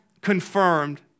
confirmed